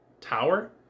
tower